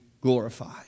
glorified